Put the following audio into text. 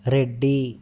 Reddy